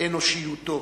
אנושיותו